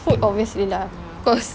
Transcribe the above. food obviously lah cause